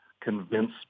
convince